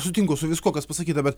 sutinku su viskuo kas pasakyta bet